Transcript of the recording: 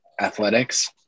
athletics